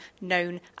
known